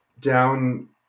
down